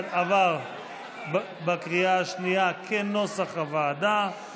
עבר בקריאה השנייה, כנוסח הוועדה.